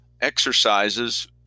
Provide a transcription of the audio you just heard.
exercises